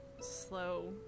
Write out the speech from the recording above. slow